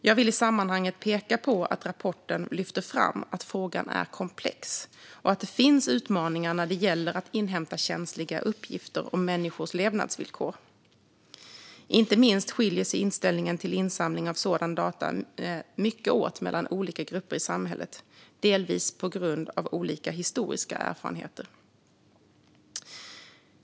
Jag vill i sammanhanget peka på att rapporten lyfter fram att frågan är komplex och att det finns utmaningar när det gäller att inhämta känsliga uppgifter om människors levnadsvillkor. Inte minst skiljer sig inställningen till insamling av sådana data mycket åt mellan olika grupper i samhället, delvis på grund av olika historiska erfarenheter.